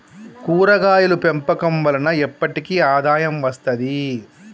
కూరగాయలు పెంపకం వలన ఎప్పటికి ఆదాయం వస్తది